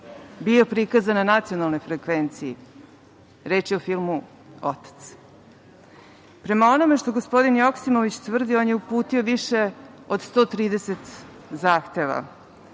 bio prikazan na nacionalnoj frekvenciji. Reč je o filmu "Otac".Prema onome što gospodin Joksimović tvrdi, on je uputio više od 130 zahteva.